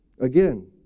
Again